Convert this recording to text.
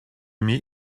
meet